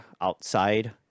outside